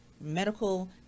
medical